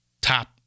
top